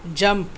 jump